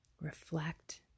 Reflect